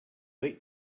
late